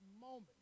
moment